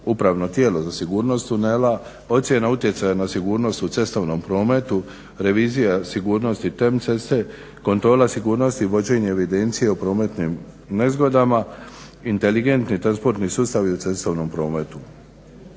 upravno tijelo za sigurnost tunela, ocjena utjecaja na sigurnost u cestovnom prometu, revizija sigurnosti TEM ceste, kontrola sigurnosti i vođenja evidencije o prometnim nezgodama, inteligentni transportni sustavi u cestovnom prometu.